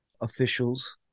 officials